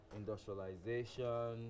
industrialization